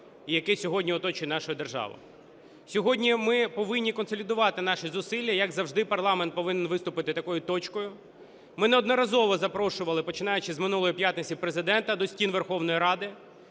яке сьогодні оточує нашу державу. Сьогодні ми повинні консолідувати наші зусилля, як завжди, парламент повинен виступити такою точкою. Ми неодноразово запрошували, починаючи з минулої п'ятниці, Президента до стін Верховної Ради,